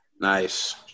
Nice